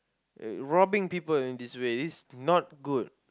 robbing people in this way it's not good